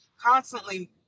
constantly